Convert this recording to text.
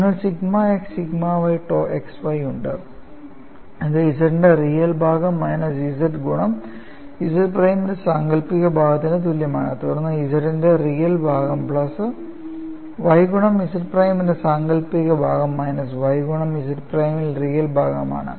നിങ്ങൾക്ക് sigma x sigma y tau xy ഉണ്ട് ഇത് Z ന്റെ റിയൽ ഭാഗം മൈനസ് y ഗുണം Z പ്രൈമിന്റെ സാങ്കൽപ്പിക ഭാഗത്തിന് തുല്യമാണ് തുടർന്ന് Z ന്റെ റിയൽ ഭാഗം പ്ലസ് y ഗുണം Z പ്രൈമിന്റെ സാങ്കല്പിക ഭാഗം മൈനസ് y ഗുണം Z പ്രൈമിന്റെ റിയൽ ഭാഗം ആണ്